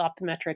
optometric